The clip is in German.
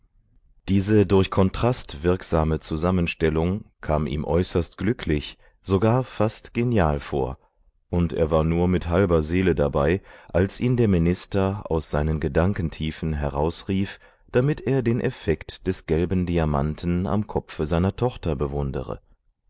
diese durch kontrast wirksame zusammenstellung kam ihm äußerst glücklich sogar fast genial vor und er war nur mit halber seele dabei als ihn der minister aus seinen gedankentiefen herausrief damit er den effekt des gelben diamanten am kopfe seiner tochter bewundere